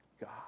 God